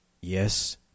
Yes